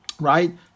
right